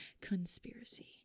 conspiracy